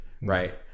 Right